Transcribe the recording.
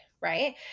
Right